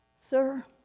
Sir